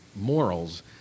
morals